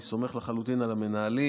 אני סומך לחלוטין על המנהלים.